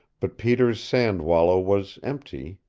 but peter's sand-wallow was empty,